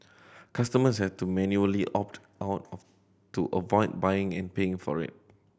customers had to manually opt out of to avoid buying and paying for it